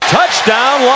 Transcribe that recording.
Touchdown